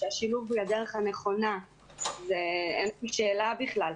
שהשילוב היא הדרך הנכונה ואין שאלה בכלל,